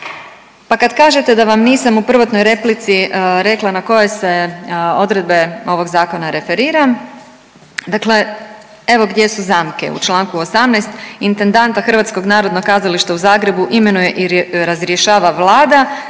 Pa kad kažete da vam nisam u prvotnoj replici rekla na koje se odredbe ovog zakona referira, dakle evo gdje su zamke u čl. 18. „Intendanta HNK u Zagrebu imenuje i razrješuje Vlada